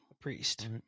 priest